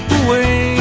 away